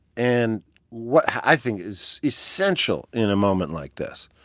and what i think is essential in a moment like this.